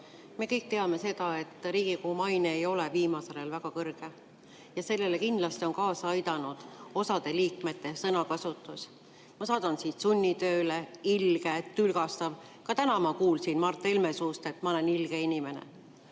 Me kõik teame seda, et Riigikogu maine ei ole viimasel ajal väga kõrge, ja sellele kindlasti on kaasa aidanud osade liikmete sõnakasutus: ma saadan sind sunnitööle, ilge, tülgastav. Ka täna ma kuulsin Mart Helme suust, et ma olen ilge inimene.